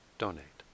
donate